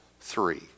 three